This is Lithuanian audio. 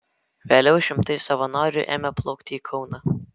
vėliau šimtai savanorių ėmė plaukti į kauną